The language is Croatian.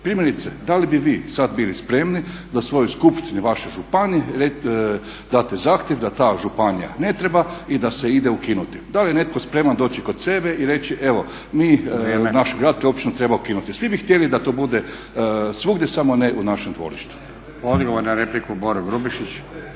primjerice da li bi vi sad bili spremni da svojoj skupštini vaše županije date zahtjev da ta županija ne treba i da se ide ukinuti. Da li je netko spreman doći kod sebe i reći evo mi naš grad te općinu treba ukinuti. Svi bi htjeli da to bude svugdje samo ne u našem dvorištu.